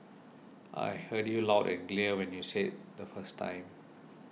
I heard you loud and clear when you said the first time